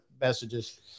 messages